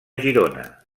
girona